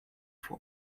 for